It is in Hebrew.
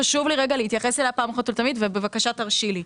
חשוב לי להתייחס אליה פעם אחת ולתמיד ובבקשה תרשי לי.